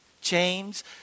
James